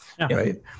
Right